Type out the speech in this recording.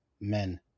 men